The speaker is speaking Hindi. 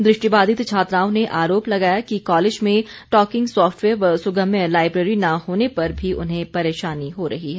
दृष्टिबाधित छात्राओं ने आरोप लगाया कि कॉलेज में टॉकिंग सॉफ्टवेयर व सुगम्य लाईब्रेरी न होने पर भी उन्हें परेशानी हो रही है